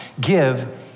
give